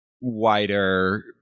wider